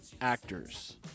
actors